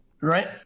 right